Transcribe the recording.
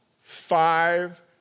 five